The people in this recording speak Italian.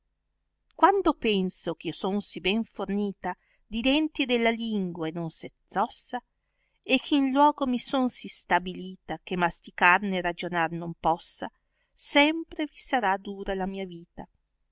quando penso eh io son si ben fornita di denti e della lingua e son senz'ossa e eh in luogo mi son si stabilita che masticar né ragionar non possa sempre vi sarìi dura la mia vita